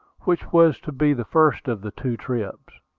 which was to be the first of the two trips.